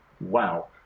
Wow